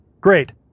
Great